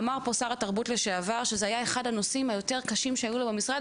אמר פה שר התרבות לשעבר שזה היה אחד הנושאים היותר קשים שהיו לו במשרד,